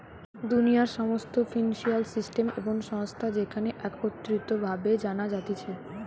দুনিয়ার সমস্ত financial system এবং সংস্থা যেখানে একত্রিত ভাবে জানা যাতিছে